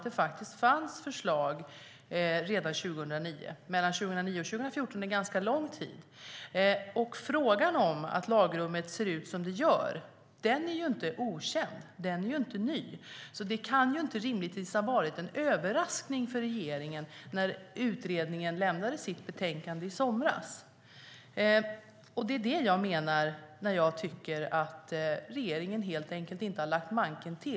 Det fanns förslag redan 2009. Det är ganska lång tid mellan 2009 och 2014. Frågan om att lagrummet ser ut som det gör är inte okänd eller ny. Det kan inte rimligtvis ha varit en överraskning för regeringen när utredningen lämnade sitt betänkande i somras. Det är det jag menar när jag säger att regeringen helt enkelt inte har lagt manken till.